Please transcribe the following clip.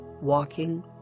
walking